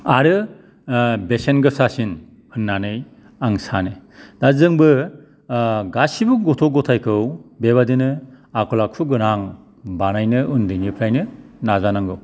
आरो बेसेन गोसासिन होन्नानै आं सानो दा जोंबो गासिबो गथ' गथायखौ बेबायदिनो आखल आखु गोनां बानायनो उन्दैनिफ्राइनो नाजानांगौ